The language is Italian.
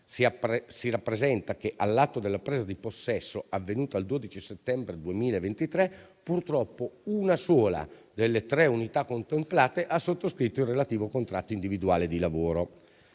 Si rappresenta che, all'atto della presa di possesso, avvenuta il 12 settembre 2023, purtroppo, una sola delle tre unità contemplate ha sottoscritto il relativo contratto individuale di lavoro.